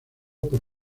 por